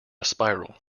spiral